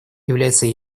является